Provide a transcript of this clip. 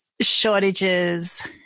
shortages